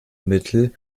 mittel